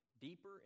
deeper